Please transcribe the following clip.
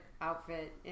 outfit